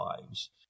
lives